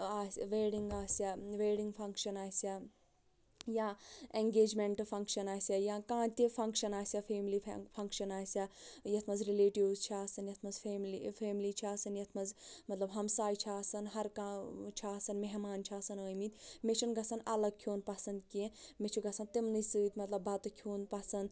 آسہِ ویٚڈِنٛگ آسیا wedding function آسیا یا ایٚنگیجمٮ۪نٛٹ فنگشَن آسیا کانٛہہ تہِ فنٛگشَن آسیا فیملی فنگشَن آسیا یتھ مَنٛز رِلیٹِوٗز چھِ آسان یتھ مَنٛز فیملی فیملی چھِ آسان یتھ مَنٛز مَطلَب ہمساے چھِ آسان ہر کانٛہہ چھُ آسان مہمان چھِ آسان ٲمٕتۍ مےٚ چھِ نہٕ گَژھان الگ کھیٚون پَسَنٛد کیٚنٛہہ مےٚ چھُ گَژھان تِمنٕے سۭتۍ مطلب بَتہٕ کھیٚون پَسَنٛد